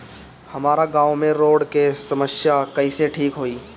हमारा गाँव मे रोड के समस्या कइसे ठीक होई?